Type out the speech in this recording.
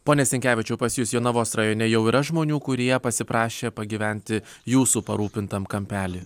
pone sinkevičiau pas jus jonavos rajone jau yra žmonių kurie pasiprašė pagyventi jūsų parūpintam kampely